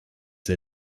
der